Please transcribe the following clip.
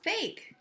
fake